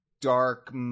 dark